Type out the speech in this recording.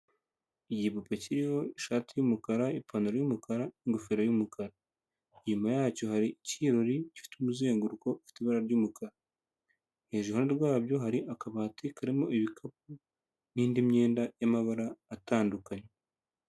Igipupe kiriho ishati y'umukara, ipantaro yumukara, ingofero y'umukara, inyuma yacyo hari ikirori gifite umuzenguruko ufite ibara ry'umukara, iruhande rwabyo hari akabati karimo ibikapu n'indi myenda y'amabara atandukanye.